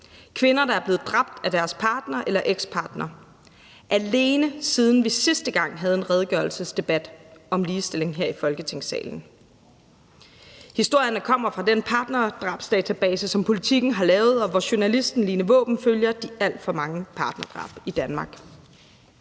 kvinder, der er blevet dræbt af deres partner eller ekspartner, alene siden vi sidste gang havde en redegørelsesdebat om ligestilling her i Folketingssalen. Historierne kommer fra den partnerdrabsdatabase, som Politiken har lavet, og hvor journalisten Line Vaaben følger de alt for mange partnerdrab i Danmark.